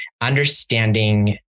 understanding